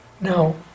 Now